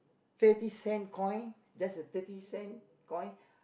thirty cent coin just a thirty cent coin